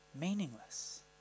meaningless